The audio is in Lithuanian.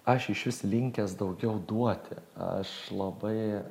aš išvis linkęs daugiau duoti aš labai